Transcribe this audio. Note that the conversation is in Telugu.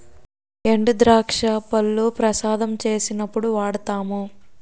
ఎండుద్రాక్ష పళ్లు ప్రసాదం చేసినప్పుడు వాడుతాము